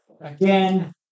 Again